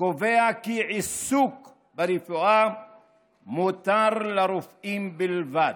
קובע כי עיסוק ברפואה מותר לרופאים בלבד.